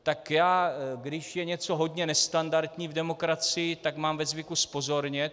Tak já, když je něco hodně nestandardní v demokracii, tak mám ve zvyku zpozornět.